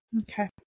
Okay